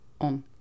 on